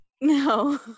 no